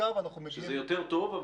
שזה אומנם יותר טוב,